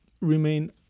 remain